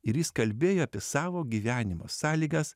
ir jis kalbėjo apie savo gyvenimo sąlygas